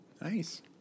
nice